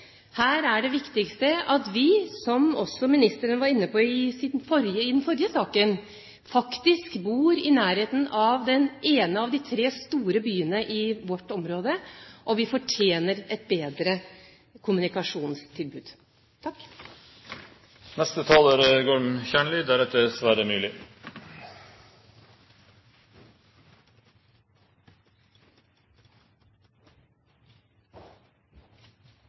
Her er det viktigste at vi – som ministeren var inne på også i den forrige saken – som faktisk bor i nærheten av den ene av de tre store byene i vårt område, fortjener et bedre kommunikasjonstilbud.